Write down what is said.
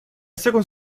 second